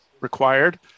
required